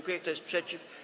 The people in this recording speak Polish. Kto jest przeciw?